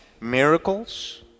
miracles